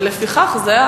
ולפיכך זה,